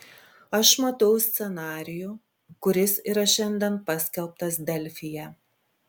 aš matau scenarijų kuris yra šiandien paskelbtas delfyje